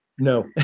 No